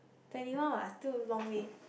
twenty one what still long way